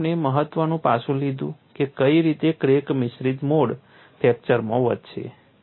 પછી આપણે મહત્વનું પાસું લીધું કે કઈ રીતે ક્રેક મિશ્રિત મોડ ફ્રેક્ચરમાં વધશે